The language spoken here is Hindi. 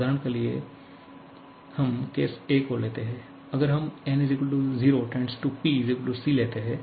उदाहरण के लिए हम केस को लेते हैं अगर हम n 0 P C लेते हैं